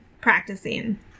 practicing